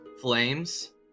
flames